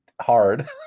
hard